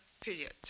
period